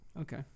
Okay